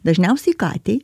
dažniausiai katei